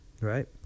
right